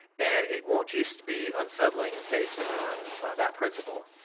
and it won't just be unsettling based on that principle.